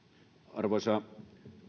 arvoisa